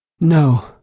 No